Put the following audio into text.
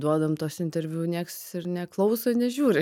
duodam tuos interviu nieks ir neklauso nežiūri